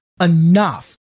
enough